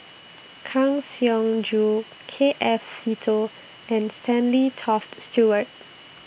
Kang Siong Joo K F Seetoh and Stanley Toft Stewart